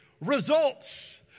Results